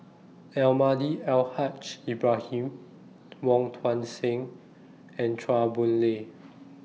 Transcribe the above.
Almahdi Al Haj Ibrahim Wong Tuang Seng and Chua Boon Lay